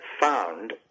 found